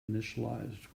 initialized